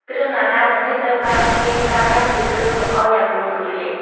គ្រឿងអលង្ការទាំងនេះត្រូវបានគេប្រើប្រាស់ជាគ្រឿងលម្អយ៉ាងទូលំទូលាយ។